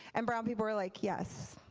and brown people were like yes,